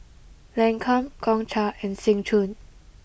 Lancome Gongcha and Seng Choon